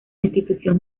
institución